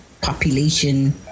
population